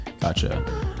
gotcha